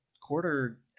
quarter